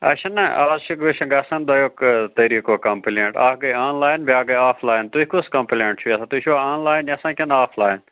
اَسہِ چھِنَہ آز چھِ گژھَن دۄیو طریٖقو کَمپٕلینٛٹ اَکھ گٔے آنلایِن بیٛاکھ گٔے آفلایِن تُہۍ کُس کَمپٕلینٛٹ چھُ یَژھان تُہۍ چھُوا آنلایِن یَژھان کِنہٕ آفلایِن